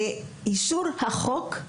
להביא לאישור החוק לפיו